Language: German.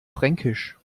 fränkisch